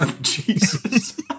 Jesus